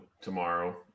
tomorrow